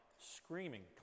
screaming